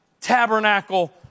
tabernacle